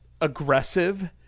aggressive